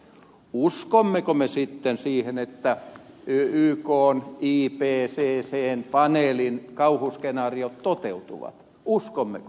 uskommeko me sitten siihen että ykn ipccn paneelin kauhuskenaariot toteutuvat uskommeko